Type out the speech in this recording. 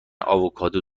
آووکادو